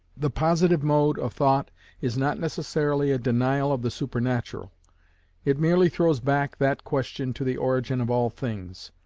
the positive mode of thought is not necessarily a denial of the supernatural it merely throws back that question to the origin of all things.